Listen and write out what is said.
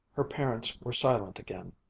her parents were silent again,